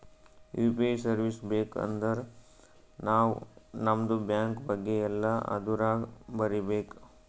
you P I service ಬೇಕ್ ಅಂದರ್ ನಾವ್ ನಮ್ದು ಬ್ಯಾಂಕ ಬಗ್ಗೆ ಎಲ್ಲಾ ಅದುರಾಗ್ ಬರೀಬೇಕ್